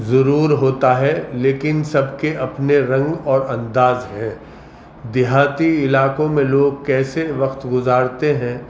ضرور ہوتا ہے لیکن سب کے اپنے رنگ اور انداز ہیں دیہاتی علاقوں میں لوگ کیسے وقت گزارتے ہیں